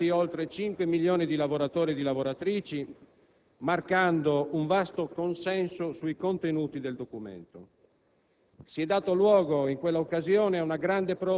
Un Protocollo sul quale si sono pronunciati oltre cinque milioni di lavoratori e di lavoratrici, marcando un vasto consenso sui contenuti del documento.